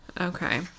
Okay